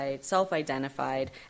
self-identified